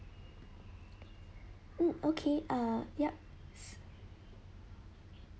um okay uh yup